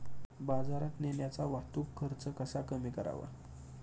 बाजारात नेण्याचा वाहतूक खर्च कसा कमी करावा?